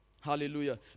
Hallelujah